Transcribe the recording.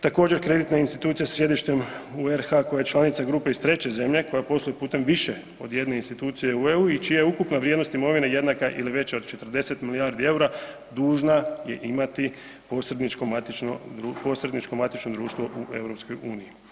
Također, kreditne institucije sa sjedište u RH koja je članica grupe iz treće zemlja koja posluje putem više od jedne institucije u EU i čija je ukupna vrijednost imovine jednaka ili veća od 40 milijardi eura, dužna je imati posredničko matično društvo u EU.